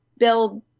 build